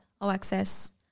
Alexis